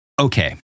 okay